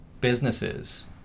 businesses